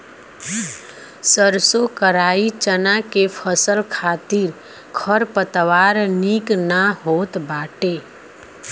सरसों कराई चना के फसल खातिर खरपतवार निक ना होत बाटे